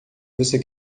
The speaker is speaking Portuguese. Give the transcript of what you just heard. você